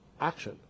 action